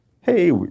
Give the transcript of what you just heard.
hey